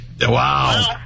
Wow